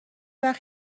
وقت